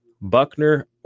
Buckner